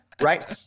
Right